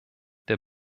der